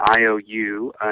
IOU